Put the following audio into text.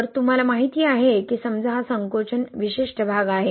तर तुम्हाला माहीत आहे की समजा हा संकोचन विशिष्ट भाग आहे